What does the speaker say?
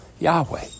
Yahweh